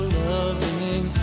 loving